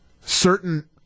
certain